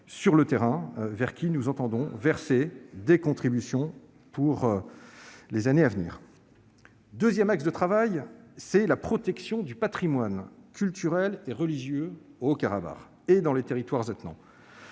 auxquelles nous entendons verser des contributions pour les années à venir. Le deuxième axe de travail concerne la protection du patrimoine culturel et religieux au Haut-Karabagh, et dans les territoires attenants.